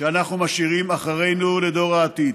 שאנחנו משאירים אחרינו לדור העתיד.